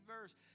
verse